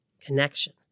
connection